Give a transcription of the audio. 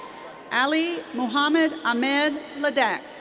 aly muhammad ahmed ladak.